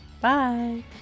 Bye